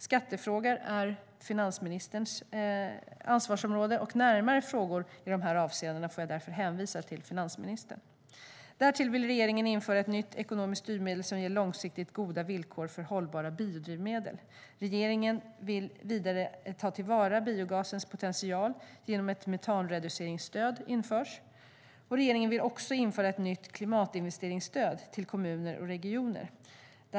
Skattefrågor är finansministerns ansvarsområde, och närmare frågor i dessa avseenden får jag därför hänvisa till finansministern. Vidare vill regeringen införa ett nytt klimatinvesteringsstöd till kommuner och regioner.